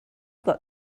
got